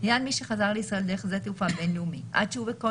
"(1)לעניין מי שחזר לישראל דרך שדה תעופה בין-לאומי עד שהוא וכל